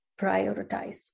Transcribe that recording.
prioritize